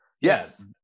Yes